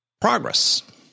progress